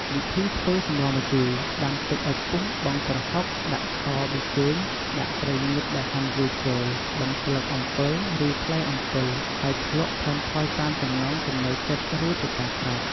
វិធីធ្វើសម្លម្ជូរ ដាំទឹកឱ្យពុះបង់ប្រហុក ដាក់ស្ករ ប៊ីចេង ដាក់ត្រីងៀតដែលហាន់រួចចូល បង់ស្លឹកអំពិលឬផ្លែអំពិលហើយភ្លក់ថែមថយតាមចំណង់ចំណូលចិត្តរួចជាការស្រេច។